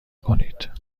کنید